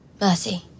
Mercy